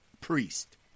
priest